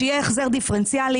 שיהיה החזר דיפרנציאלי.